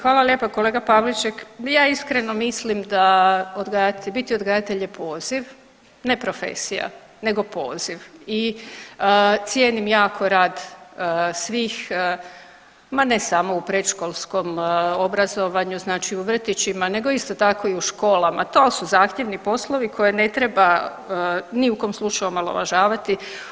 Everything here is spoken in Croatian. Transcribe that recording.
Hvala lijepa kolega Pavliček, ja iskreno mislim da biti odgajatelj je poziv, ne profesija nego poziv i cijenim jako rad svih, ma ne samo u predškolskom obrazovanju znači u vrtićima nego isto tako i u školama, to su zahtjevni poslovi koje ni u kom slučaju omalovažavati.